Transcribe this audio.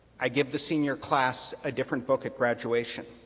i give the senior class a different book at graduation.